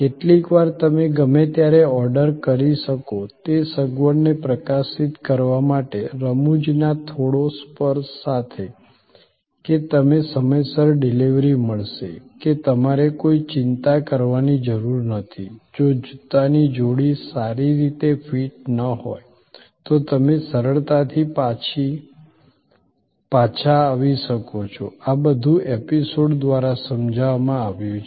કેટલીકવાર તમે ગમે ત્યારે ઓર્ડર કરી શકો તે સગવડને પ્રકાશિત કરવા માટે રમૂજના થોડો સ્પર્શ સાથે કે તમને સમયસર ડિલિવરી મળશે કે તમારે કોઈ ચિંતા કરવાની જરૂર નથી જો જૂતાની જોડી સારી રીતે ફિટ ન હોય તો તમે સરળતાથી પાછા આવી શકો છો આ બધું એપિસોડ દ્વારા સમજાવવામાં આવ્યું છે